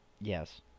Yes